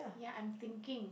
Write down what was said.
ya I'm thinking